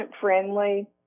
friendly